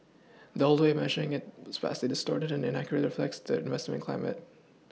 the old way of measuring at vastly distorted and inaccurately reflects the investment climate